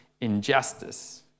injustice